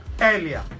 earlier